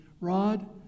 Rod